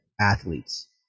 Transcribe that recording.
athletes